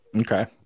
Okay